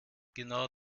genau